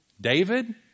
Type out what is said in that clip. David